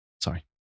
Sorry